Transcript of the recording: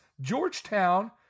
Georgetown